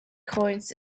coins